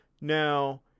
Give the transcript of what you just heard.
Now